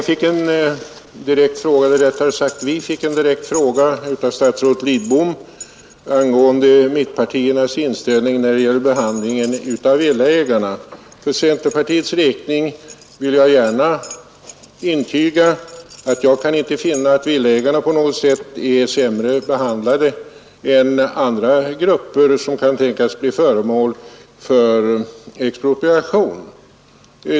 Fru talman! Vi fick en direkt fråga av statsrådet Lidbom angående mittenpartiernas inställning när det gäller behandlingen av villaägarna. För centerpartiets räkning vill jag gärna intyga att jag inte kan finna att villaägarna på något sätt är sämre behandlade än andra grupper, som kan tänkas bli föremål för expropriation.